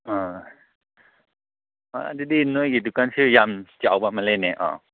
ꯑ ꯍꯣꯏ ꯑꯗꯨꯗꯤ ꯅꯣꯏꯒꯤ ꯗꯨꯀꯥꯟꯁꯤ ꯌꯥꯝ ꯆꯥꯎꯕ ꯃꯥꯜꯂꯦꯅꯦ ꯑ